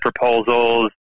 proposals